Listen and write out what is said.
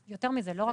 יותר מזה, לא רק זה.